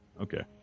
okay